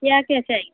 क्या क्या चाहिए